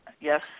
Yes